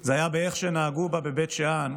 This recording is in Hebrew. זה היה איך שנהגו בה בבית שאן